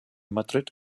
madrid